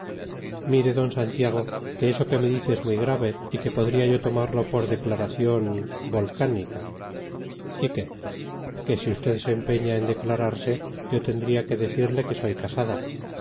mire d santiago que eso que me dice es muy grave y que podría yo tomarlo por declaración volcánica y qué que si usted se empeñara en declararse yo tendría que decirle que soy casada